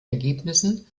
ergebnissen